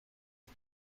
اون